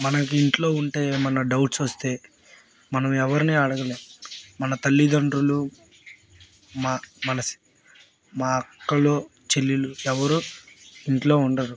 మనకి ఇంట్లో ఉంటే ఏమన్నా డౌట్స్ వస్తే మనం ఎవరిని అడగలేం మన తల్లిదండ్రులు మా మన మా అక్కలు చెల్లెళ్ళు ఎవరు ఇంట్లో ఉండరు